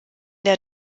der